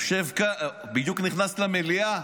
שבדיוק נכנס למליאה,